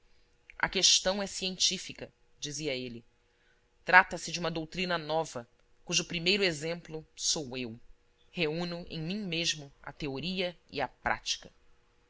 a questão é científica dizia ele trata-se de uma doutrina nova cujo primeiro exemplo sou eu reúno em mim mesmo a teoria e a prática